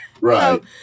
Right